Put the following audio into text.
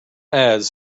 ads